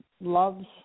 loves